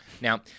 Now